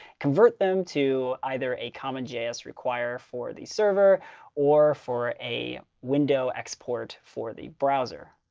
convert them to either a common js require for the server or for a window export for the browser.